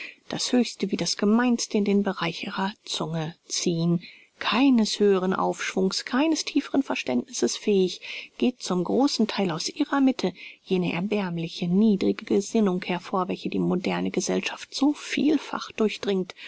das höchste wie das gemeinste in den bereich ihrer zunge ziehen keines höheren aufschwungs keines tieferen verständnisses fähig geht zum großen theil aus ihrer mitte jene erbärmliche niedrige gesinnung hervor welche die moderne gesellschaft so vielfach durchdringt